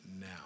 now